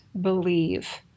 believe